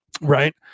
Right